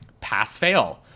pass-fail